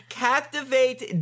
captivate